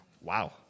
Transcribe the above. Wow